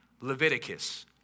Leviticus